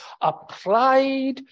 applied